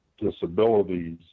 Disabilities